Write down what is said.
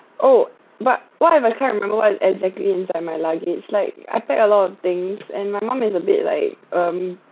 oh but what if I can't remember what exactly is inside my luggage it's like I packed a lot of things and my mum is a bit like um